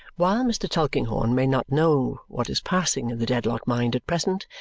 while mr. tulkinghorn may not know what is passing in the dedlock mind at present,